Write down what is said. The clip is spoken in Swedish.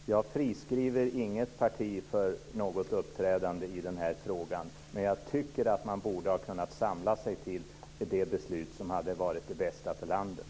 Fru talman! Jag friskriver inget parti för något uppträdande i den här frågan. Men jag tycker att man borde ha kunnat samla sig till det beslut som hade varit det bästa för landet.